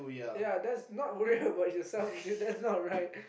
ya that's not worry about yourself that's not right